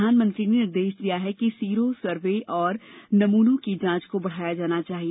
प्रधानमंत्री ने निर्देश दिया कि सीरो सर्वेक्षण और नमूनों की जांच को बढाया जाना चाहिए